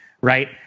right